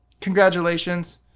Congratulations